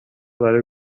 برای